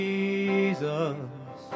Jesus